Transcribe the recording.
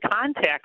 contact